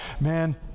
Man